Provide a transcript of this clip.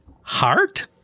heart